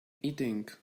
eating